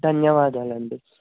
ధన్యవాదాలండి